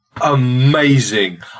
amazing